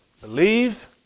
believe